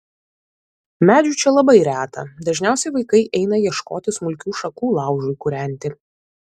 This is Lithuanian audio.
medžių čia labai reta dažniausiai vaikai eina ieškoti smulkių šakų laužui kūrenti